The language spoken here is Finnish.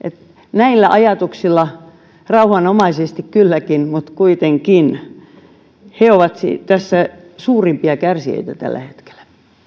näillä ajatuksilla rauhanomaisesti kylläkin mutta kuitenkin he ovat tässä suurimpia kärsijöitä tällä hetkellä